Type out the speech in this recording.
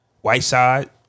Whiteside